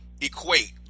equate